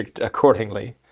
accordingly